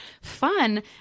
fun